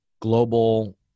global